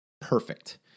perfect